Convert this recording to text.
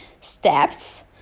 steps